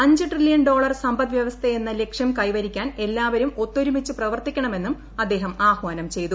അഞ്ച് trillion dollar സമ്പദ്വൃവസ്ഥയെന്ന ലക്ഷ്യം കൈവരിക്കാൻ എല്ലാവരും ഒത്തൊരുമിച്ച് പ്രവർത്തിക്കണമെന്നും അദ്ദേഹം ആഹ്വാനം ചെയ്തു